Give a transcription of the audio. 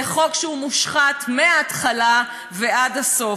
זה חוק שהוא מושחת מההתחלה ועד הסוף.